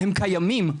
הם קיימים,